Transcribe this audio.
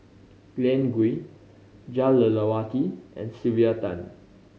Glen Goei Jah Lelawati and Sylvia Tan